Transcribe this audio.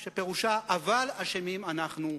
שפירושה: אבל אשמים אנחנו.